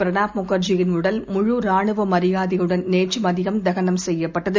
பிரணாப்முகர்ஜியின்உ டல் முழுராணுவமரியாதையுடன்நேற்றுமதியம்தகனம்செய் யப்பட்டது